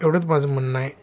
एवढंच माझं म्हणणं आहे